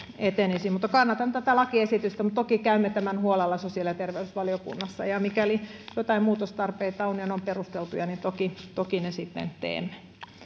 etenisi kannatan tätä lakiesitystä mutta toki käymme läpi tämän huolella sosiaali ja terveysvaliokunnassa ja mikäli joitain muutostarpeita on ja muutokset ovat perusteltuja niin toki toki ne sitten teemme